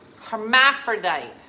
hermaphrodite